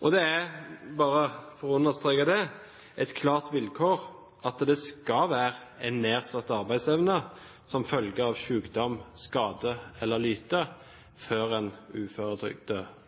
Bare for å understreke det: Det er et klart vilkår at det skal foreligge en nedsatt arbeidsevne som følge av sykdom, skade eller lyte før folk uføretrygdes. Det er viktig at vi ikke gjør uføretrygden til en